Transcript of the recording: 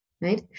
right